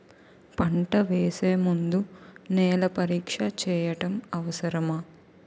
పంట వేసే ముందు నేల పరీక్ష చేయటం అవసరమా?